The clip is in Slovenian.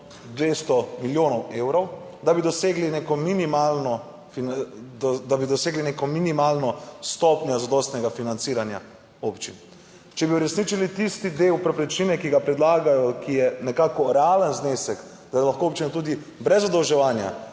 neko minimalno, da bi dosegli neko minimalno stopnjo zadostnega financiranja občin. Če bi uresničili tisti del povprečnine, ki ga predlagajo, ki je nekako realen znesek, da lahko občine tudi brez zadolževanja